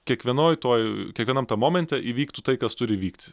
kiekvienoj toj kiekvienam tam momente įvyktų tai kas turi įvykt